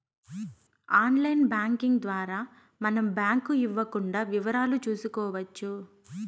online banking ద్వారా మనం bank ఇవ్వకుండా వివరాలు చూసుకోవచ్చు